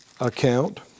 account